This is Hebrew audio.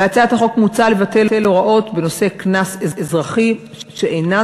בהצעת החוק מוצע לבטל הוראות בנושא קנס אזרחי שאינן